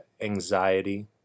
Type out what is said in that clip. anxiety